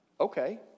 Okay